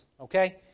okay